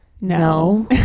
no